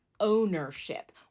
ownership